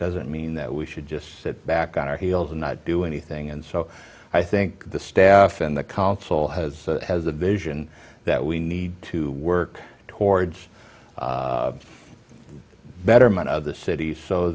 doesn't mean that we should just sit back on our heels and not do anything and so i think the staff in the council has has a vision that we need to work towards betterment of the city so